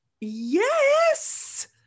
Yes